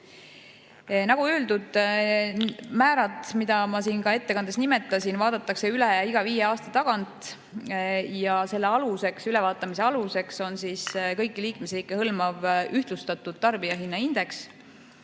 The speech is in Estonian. Nagu öeldud, määrad, mida ma siin ettekandes nimetasin, vaadatakse üle iga viie aasta tagant. Ja selle ülevaatamise aluseks on kõiki liikmesriike hõlmav ühtlustatud tarbijahinnaindeks.